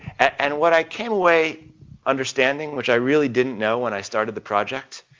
and what i came away understanding, which i really didn't know when i started the project,